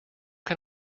can